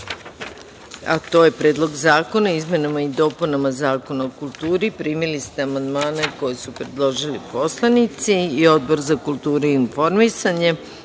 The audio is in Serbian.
reda – Predlog zakona o izmenama i dopunama Zakona o kulturi. Primili ste amandmane koje su predložili poslanici i Odbor za kulturu i informisanje. Primili